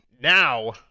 now